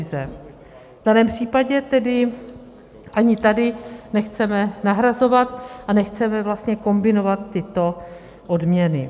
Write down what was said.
V daném případě tedy ani tady nechceme nahrazovat a nechceme vlastně kombinovat tyto odměny.